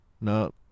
no